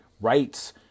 rights